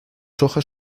hojas